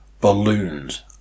balloons